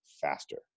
faster